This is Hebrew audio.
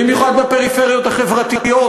במיוחד בפריפריות החברתיות,